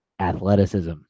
athleticism